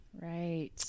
Right